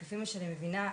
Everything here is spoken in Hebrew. לפי מה שאני מבינה,